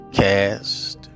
cast